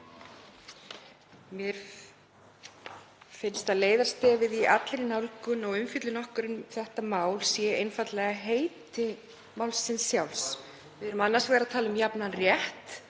Mér finnst að leiðarstefið í allri nálgun og umfjöllun okkar um þetta mál sé einfaldlega heiti málsins sjálfs. Við erum annars vegar að tala um jafnan rétt,